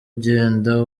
ugenda